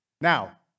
Now